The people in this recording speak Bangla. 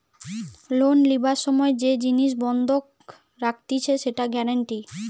লোন লিবার সময় যে জিনিস বন্ধক রাখতিছে সেটা গ্যারান্টি